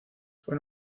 fue